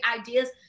ideas